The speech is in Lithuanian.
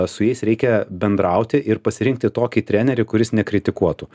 su jais reikia bendrauti ir pasirinkti tokį trenerį kuris nekritikuotų